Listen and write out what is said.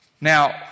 Now